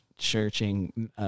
searching